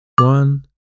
One